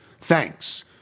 Thanks